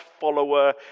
follower